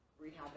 rehab